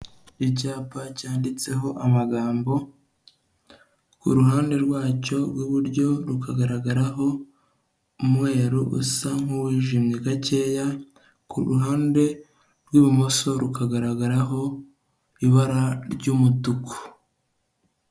Icyapa cyanditseho amagambo, uruhande rwacyo rw'iburyo rukagaragaraho umweru usa nk'uwijimye gakeya, ku ruhande rw'ibumoso rukagaragaraho ibara ry'umutuku.